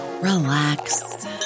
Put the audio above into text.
relax